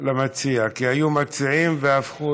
כי היו מציעים שהפכו